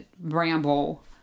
ramble